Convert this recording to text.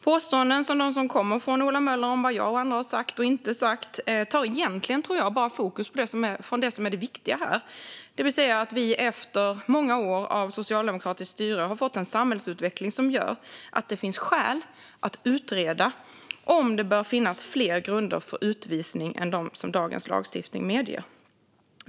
Påståenden som de som kommer från Ola Möller om vad jag och andra har sagt och inte sagt tar egentligen bara fokus från det som är det viktiga här, det vill säga att vi efter många år av socialdemokratiskt styre har fått en samhällsutveckling som gör att det finns skäl att utreda om det bör finnas fler grunder för utvisning än dem som dagens lagstiftning medger.